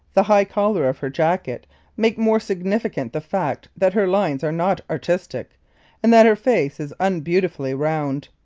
the high collar of her jacket make more significant the fact that her lines are not artistic and that her face is unbeautifully round.